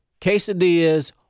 quesadillas